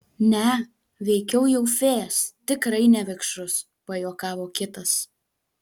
ne veikiau jau fėjas tikrai ne vikšrus pajuokavo kitas